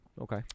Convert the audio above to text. Okay